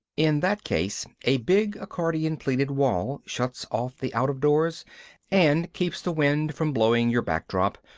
in that case, a big accordion-pleated wall shuts off the out of doors and keeps the wind from blowing your backdrop,